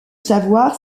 savoir